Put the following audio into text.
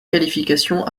qualification